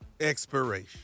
Expiration